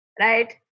right